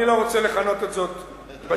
אני לא רוצה לכנות את זאת בשם.